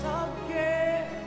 again